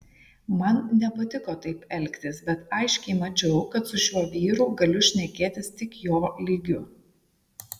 man nepatiko taip elgtis bet aiškiai mačiau kad su šiuo vyru galiu šnekėtis tik jo lygiu